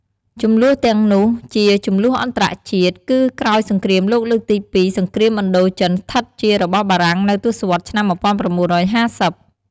ជម្លោះទាំងនោះជា ជម្លោះអន្តរជាតិ គឺក្រោយសង្គ្រាមលោកលើកទីពីរសង្រ្គាមឥណ្ឌូចិនឋិតជារបស់បារាំងនៅទសវត្សរ៍ឆ្នាំ ១៩៥០។